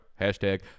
Hashtag